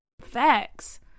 Facts